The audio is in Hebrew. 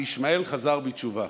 שישמעאל חזר בתשובה.